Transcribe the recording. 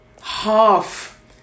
half